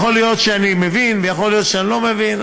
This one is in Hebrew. יכול להיות שאני מבין ויכול להיות שאני לא מבין,